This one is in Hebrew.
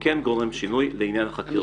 יהווה גורם שינוי בעניין החקירות.